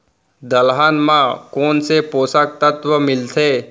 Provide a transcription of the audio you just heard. दलहन म कोन से पोसक तत्व मिलथे?